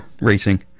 racing